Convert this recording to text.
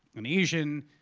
and asian,